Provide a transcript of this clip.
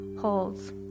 holds